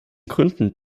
gründen